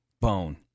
bone